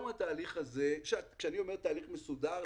כשאני אומר תהליך מסודר,